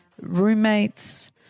roommates